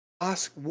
ask